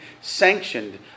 sanctioned